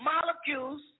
molecules